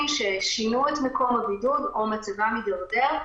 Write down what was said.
ששינו את מקום הבידוד או שמצבם הידרדר,